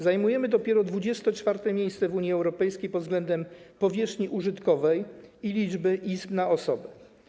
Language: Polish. Zajmujemy dopiero 24. miejsce w Unii Europejskiej pod względem powierzchni użytkowej i liczby na osobę.